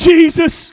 Jesus